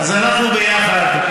אדוני השר, אז אנחנו ביחד.